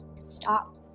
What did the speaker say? stop